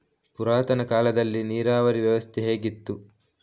ಪುರಾತನ ಕಾಲದಲ್ಲಿ ನೀರಾವರಿ ವ್ಯವಸ್ಥೆ ಹೇಗಿತ್ತು?